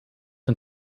een